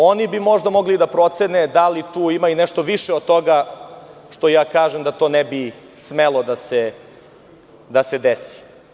Oni bi možda mogli da procene da li tu ima i nešto više od toga što ja kažem da ne bi smelo da se desi.